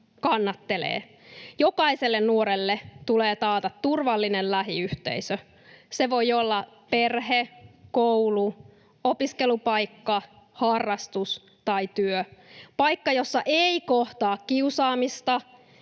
kannattelee. Jokaiselle nuorelle tulee taata turvallinen lähiyhteisö. Se voi olla perhe, koulu, opiskelupaikka, harrastus tai työ, paikka, jossa ei kohtaa kiusaamista,